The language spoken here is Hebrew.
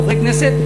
חברי כנסת,